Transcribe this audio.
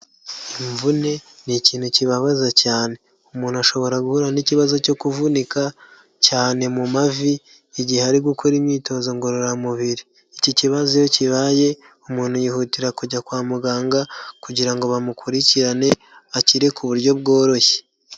Imvune ni ikintu kibabaza cyane, umuntu ashobora guhura n'ikibazo cyo kuvunika, cyane mu mavi igihe ari gukora imyitozo ngororamubiri, iki kibazo iyo kibaye umuntu yihutira kujya kwa muganga kugira ngo bamukurikirane akire ku buryo bworoshye.